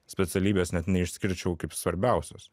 specialybės net neišskirčiau kaip svarbiausios